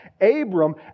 Abram